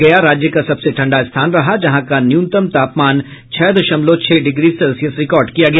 गया राज्य का सबसे ठंडा स्थान रहा जहां का न्यूनतम तापमान छह दशमलव छह डिग्री सेल्सियस रिकार्ड किया गया